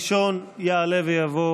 ראשון יעלה ויבוא